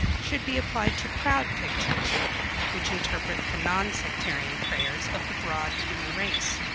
should be applied to crowd pictures which interpret the non-sectarian prayers of the broad human race.